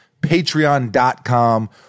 patreon.com